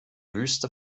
wüste